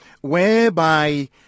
whereby